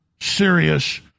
serious